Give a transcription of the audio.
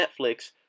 Netflix